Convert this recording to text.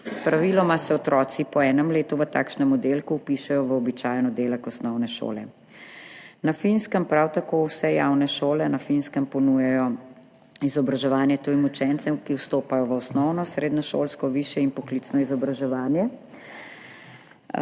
Praviloma se otroci po enem letu v takšnem oddelku vpišejo v običajen oddelek osnovne šole. Na Finskem prav tako vse javne šole ponujajo izobraževanje tujim učencem, ki vstopajo v osnovno, srednješolsko, višje in poklicno izobraževanje.